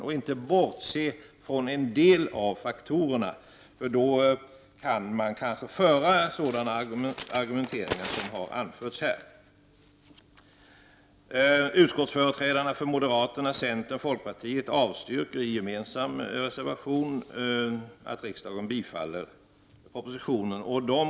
Om man bortser från en del av faktorerna kan man kanske föra fram sådana argument som har gjorts här. Utskottsföreträdarna för moderaterna, centern och folkpartiet avstyrker i en gemensam reservation förslaget att riksdagen bifaller propositionen.